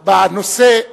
שקיימים עוד בנושא.